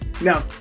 Now